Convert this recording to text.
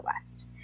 West